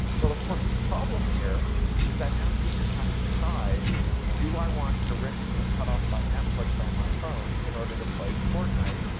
well of course the problem here is that now users have to decide do i want to risk being cut off by netflix on my phone in order to pay fortnite,